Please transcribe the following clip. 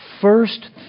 first